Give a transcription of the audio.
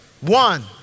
one